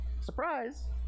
Surprise